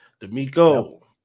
D'Amico